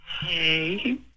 Hey